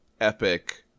epic